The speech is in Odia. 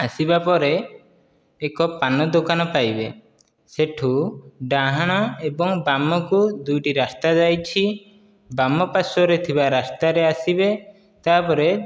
ଆସିବା ପରେ ଏକ ପାନଦୋକାନ ପାଇବେ ସେହିଠୁ ଡାହାଣ ଏବଂ ବାମକୁ ଦୁଇଟି ରାସ୍ତା ଯାଇଛି ବାମ ପାର୍ଶ୍ୱରେ ଥିବା ରାସ୍ତାରେ ଆସିବେ ତା'ପରେ